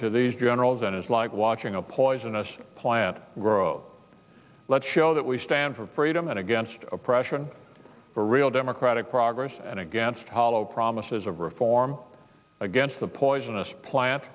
to these generals and it's like watching a poisonous plant grow let's show that we stand for freedom and against oppression for real democratic progress and against hollow promises of reform against the poisonous plant